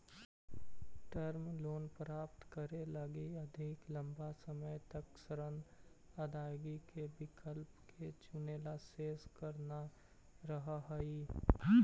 term loan प्राप्त करे लगी अधिक लंबा समय तक ऋण अदायगी के विकल्प के चुनेला शेष कर न रहऽ हई